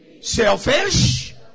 selfish